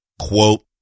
Quote